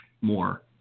more